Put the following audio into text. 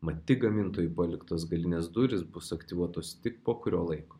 mat tik gamintojų paliktos galinės durys bus aktyvuotos tik po kurio laiko